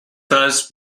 thus